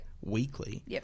weekly